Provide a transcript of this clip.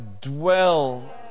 dwell